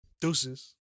Deuces